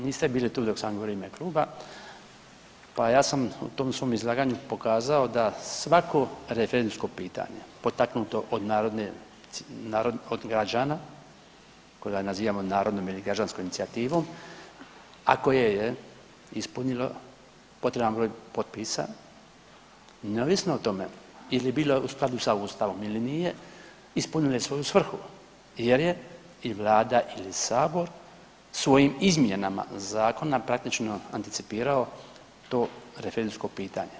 Niste bili tu dok sam govorio u ime kluba, pa ja sam u tom svom izlaganju pokazao da svako referendumsko pitanje potaknuto od građana koga nazivamo narodnom građanskom inicijativom, ako je je ispunilo potreban broj potpisa neovisno o tome ili bilo u skladu sa Ustavom ili nije, ispunilo je svoju svrhu jer je i Vlada i Sabor svojim izmjenama zakona praktično anticipirao to referendumsko pitanje.